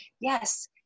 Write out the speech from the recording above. yes